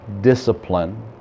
discipline